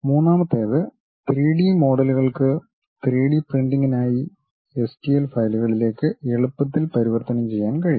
മൂന്നാമത്തേത് 3 ഡി മോഡലുകൾക്ക് 3 ഡി പ്രിന്റിംഗിനായി എസ്ടിഎൽ ഫയലുകളിലേക്ക് എളുപ്പത്തിൽ പരിവർത്തനം ചെയ്യാൻ കഴിയും